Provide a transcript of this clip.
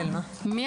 המיקום,